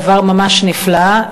דבר ממש נפלא,